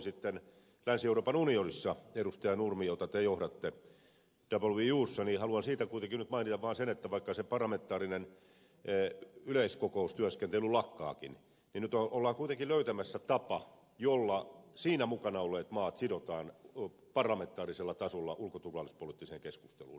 nurmi länsi euroopan unionissa weussa niin haluan siitä kuitenkin nyt mainita vaan sen että vaikka se parlamentaarinen yleiskokoustyöskentely lakkaakin niin nyt ollaan kuitenkin löytämässä tapa jolla siinä mukana olleet maat sidotaan parlamentaarisella tasolla ulko ja turvallisuuspoliittiseen keskusteluun